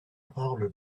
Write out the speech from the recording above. parle